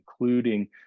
including